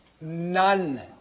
None